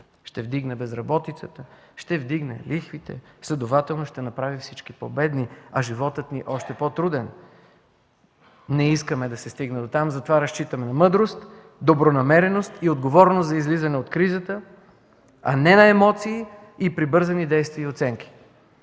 ще вдигне безработицата, ще вдигне лихвите, следователно, ще направи всички по-бедни, а животът ни още по-труден. Не искаме да се стигне дотам, затова разчитаме на мъдрост, добронамереност и отговорност за излизане от кризата, а не на емоции, прибързани действия и оценки.